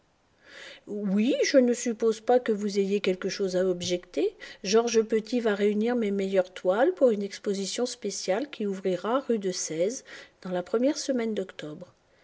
oui je ne suppose pas que vous ayez quelque chose à objecter georges petit va réunir mes meilleures toiles pour une exposition spéciale qui ouvrira rue de sèze dans la première semaine d'octobre